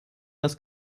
das